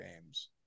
games